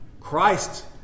Christ